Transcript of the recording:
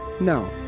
no